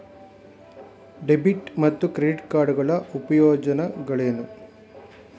Debit ಮತ್ತು credit card ಗಳ ಪ್ರಯೋಜನಗಳೇನು?